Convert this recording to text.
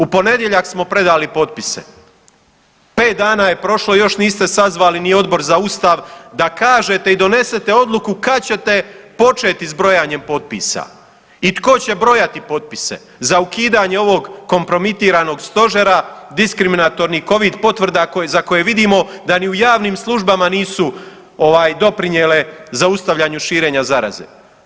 U ponedjeljak smo predali potpise, 5 dana je prošlo još niste sazvali ni Odbor za Ustav da kažete i donesete odluku kad ćete početi s brojanjem potpisa i tko će brojati potpise za ukidanje ovog kompromitiranog stožera, diskriminatornih Covid potvrda za koje vidimo da ni u javnim službama nisu ovaj doprinijele zaustavljanju širenja zaraze.